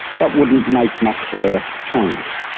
that wouldn't make much of a change.